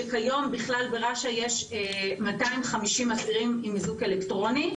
שכיום בכלל ברש"א יש 250 אסירים עם איזוק אלקטרוני,